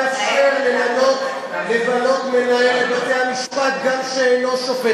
החוק מאפשר למנות מנהל לבתי-המשפט גם שאינו שופט.